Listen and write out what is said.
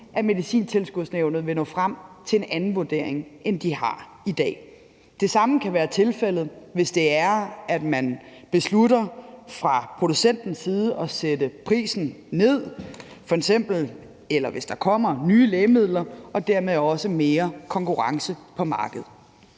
at Medicintilskudsnævnet vil nå frem til en anden vurdering, end de har i dag. Det samme kan være tilfældet, hvis man fra producentens side f.eks. beslutter at sætte prisen ned, eller hvis der kommer nye lægemidler og dermed også mere konkurrence på markedet.